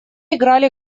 играли